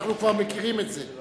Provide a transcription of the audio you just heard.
אנחנו כבר מכירים את זה.